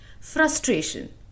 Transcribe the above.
frustration